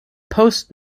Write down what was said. post